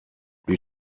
plus